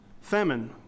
famine